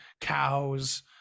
cows